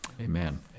Amen